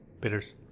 Bitters